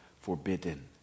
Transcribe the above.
Forbidden